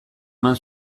eman